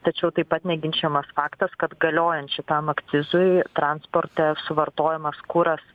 tačiau taip pat neginčijamas faktas kad galiojant šitam akcizui transporte suvartojamas kuras